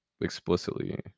explicitly